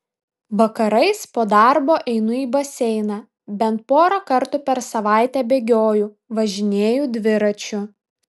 vakarais po darbo einu į baseiną bent porą kartų per savaitę bėgioju važinėju dviračiu